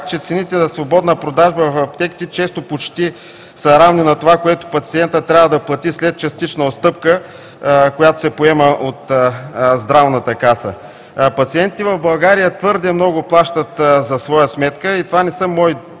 често цените на свободна продажба в аптеките почти са равни на това, което пациентът трябва да плати след частична отстъпка, която се поема от Здравната каса. Пациентите в България твърде много плащат за своя сметка и това не са мои твърдения,